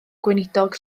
gweinidog